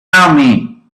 army